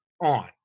On